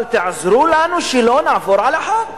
אבל תעזרו לנו שלא נעבור על החוק.